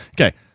Okay